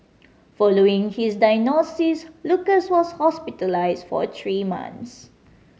following his diagnosis Lucas was hospitalised for three months